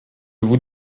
vous